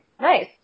Nice